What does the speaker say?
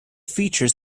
features